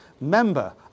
member